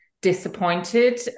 disappointed